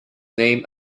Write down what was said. named